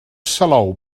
salou